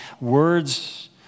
words